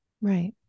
Right